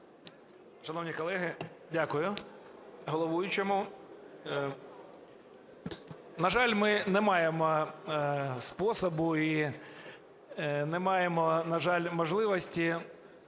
Шановні колеги! Дякую головуючому. На жаль, ми не маємо способу і не маємо, на жаль, можливості